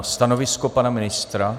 Stanovisko pana ministra?